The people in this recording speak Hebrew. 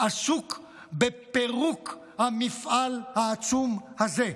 עסוק בפירוק המפעל העצום הזה.